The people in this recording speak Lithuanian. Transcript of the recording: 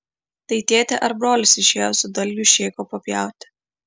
tai tėtė ar brolis išėjo su dalgiu šėko papjauti